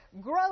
grow